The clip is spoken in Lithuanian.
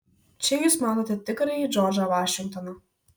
čia jūs matote tikrąjį džordžą vašingtoną